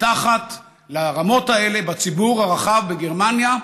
מתחת לרמות האלה, בציבור הרחב בגרמניה,